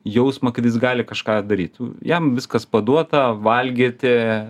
jausmą kad jis gali kažką daryt jam viskas paduota valgyti